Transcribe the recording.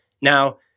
Now